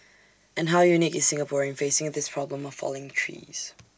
and how unique is Singapore in facing this problem of falling trees